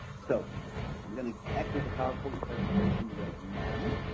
so i'm going to exit the powerpoint presentation right now